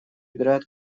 играют